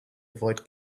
avoid